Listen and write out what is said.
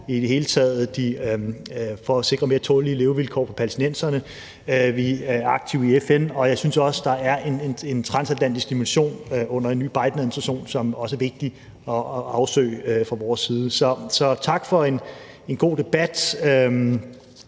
i det hele taget det, der kan sikre mere tålelige levevilkår for palæstinenserne. Vi er aktive i FN, og jeg synes også, at der en transatlantisk dimension under den nye Bidenadministration, som også er vigtig at afsøge fra vores side. Så tak for en god debat